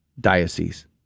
Diocese